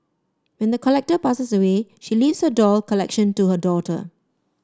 when the collector passes away she leaves her doll collection to her daughter